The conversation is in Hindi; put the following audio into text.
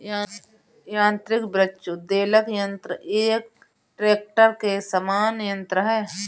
यान्त्रिक वृक्ष उद्वेलक यन्त्र एक ट्रेक्टर के समान यन्त्र है